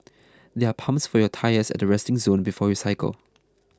there are pumps for your tyres at the resting zone before you cycle